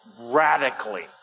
radically